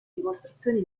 dimostrazioni